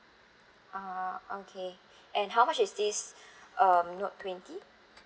ah okay and how much is this um note twenty